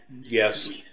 Yes